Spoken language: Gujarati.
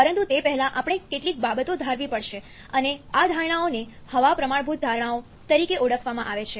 પરંતુ તે પહેલા આપણે કેટલીક બાબતો ધારવી પડશે અને આ ધારણાઓને હવા પ્રમાણભૂત ધારણાઓ તરીકે ઓળખવામાં આવે છે